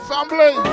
Family